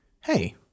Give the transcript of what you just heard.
Hey